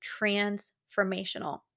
transformational